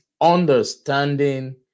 understanding